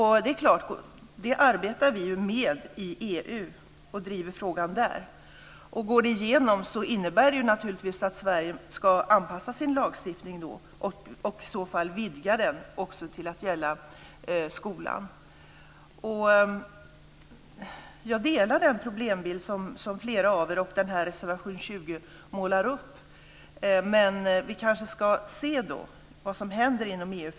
Vi arbetar med detta i EU och driver frågan där. Om det går igenom innebär det naturligtvis att Sverige ska anpassa sin lagstiftning och i så fall vidga den till att också gälla skolan. Jag håller med om den problembild som flera av er målar upp och som också finns i reservation 20. Men vi ska kanske se vad som händer inom EU.